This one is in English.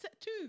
two